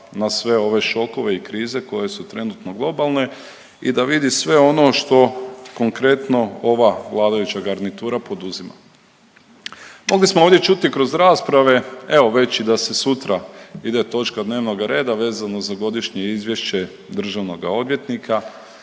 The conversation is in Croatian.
na sve ove šokove i krize koje su trenutno globalne i da vidi sve ono što konkretno ova vladajuća garnitura poduzima. Mogli smo ovdje čuti kroz rasprave evo već i da se sutra ide točka dnevnoga reda vezano za Godišnje izvješće državnoga odvjetnika,